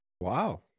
Wow